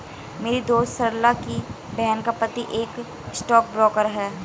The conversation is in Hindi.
मेरी दोस्त सरला की बहन का पति एक स्टॉक ब्रोकर है